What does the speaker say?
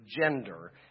gender